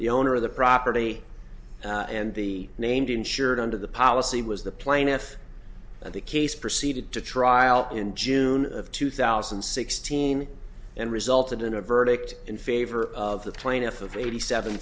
the owner of the property and the named insured under the policy was the plaintiff and the case proceeded to trial in june of two thousand and sixteen and resulted in a verdict in favor of the plaintiff of eighty seven